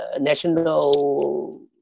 National